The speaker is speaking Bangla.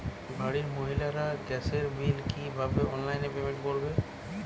বাড়ির মহিলারা গ্যাসের বিল কি ভাবে অনলাইন পেমেন্ট করবে?